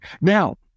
Now